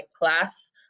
class